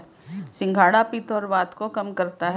सिंघाड़ा पित्त और वात को कम करता है